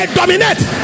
dominate